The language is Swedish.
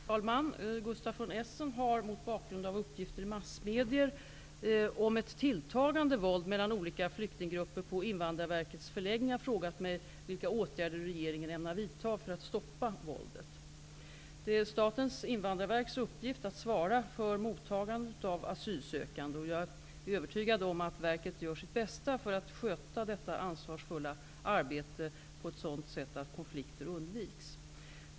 Herr talman! Gustaf von Essen har, mot bakgrund av uppgifter i massmedier om ett tilltagande våld mellan olika flyktinggrupper på Invandrarverkets förläggningar, frågat mig vilka åtgärder regeringen ämnar vidta för att stoppa våldet. Det är Statens invandrarverks uppgift att svara för mottagande av asylsökande. Jag är övertygad om att verket gör sitt bästa för att sköta detta ansvarsfulla arbete på ett sådant sätt att konflikter undviks.